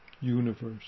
universe